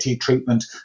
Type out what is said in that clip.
treatment